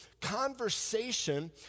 Conversation